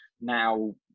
now